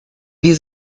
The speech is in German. wir